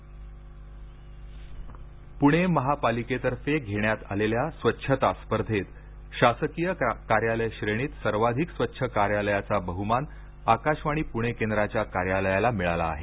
आकाशवाणी प्रस्कार प्रणे महापालिकेतर्फे घेण्यात आलेल्या स्वच्छता स्पर्धेत शासकीय कार्यालय श्रेणीत सर्वाधिक स्वच्छ कार्यालयाचा बह्मान आकाशवाणी प्रणे केंद्राच्या कार्यालयाला मिळाला आहे